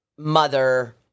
Mother